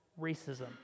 racism